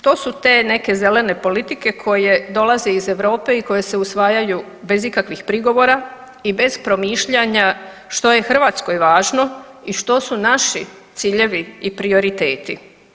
To su te neke zelene politike koje dolaze iz Europe i koje se usvajaju bez ikakvih prigovora i bez promišljanja što je Hrvatskoj važno i što su naši ciljevi i prioriteti.